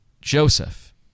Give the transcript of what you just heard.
joseph